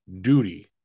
duty